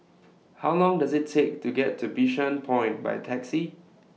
How Long Does IT Take to get to Bishan Point By Taxi